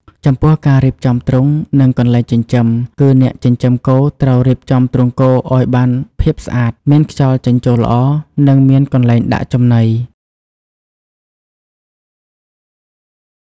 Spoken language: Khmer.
ចំពោះការរៀបចំទ្រុង និងកន្លែងចិញ្ចឹម គឺអ្នកចិញ្ចឹមគោត្រូវរៀបចំទ្រុងគោឲ្យបានភាពស្អាត មានខ្យល់ចេញចូលល្អ និងមានកន្លែងដាក់ចំណី។